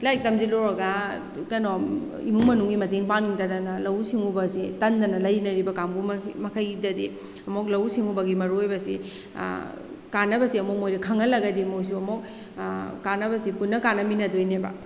ꯂꯥꯏꯔꯤꯛ ꯇꯝꯖꯤꯜꯂꯨꯔꯒ ꯀꯩꯅꯣ ꯏꯃꯨꯡ ꯃꯅꯨꯡꯒꯤ ꯃꯇꯦꯡ ꯄꯥꯡꯅꯤꯡꯗꯗꯅ ꯂꯧꯎ ꯁꯤꯡꯎꯕꯁꯤ ꯇꯟꯗꯅ ꯂꯩꯅꯔꯤꯕ ꯀꯥꯡꯕꯨ ꯃꯈꯩꯗꯗꯤ ꯑꯃꯨꯛ ꯂꯧꯎ ꯁꯤꯡꯎꯕꯒꯤ ꯃꯔꯨ ꯑꯣꯏꯕꯁꯤ ꯀꯥꯟꯅꯕꯁꯤ ꯑꯃꯨꯛ ꯃꯣꯏꯗ ꯈꯪꯍꯜꯂꯒꯗꯤ ꯃꯣꯏꯁꯨ ꯑꯃꯨꯛ ꯀꯥꯟꯅꯕꯁꯤ ꯄꯨꯟꯅ ꯀꯥꯟꯅꯃꯤꯟꯅꯗꯣꯏꯅꯦꯕ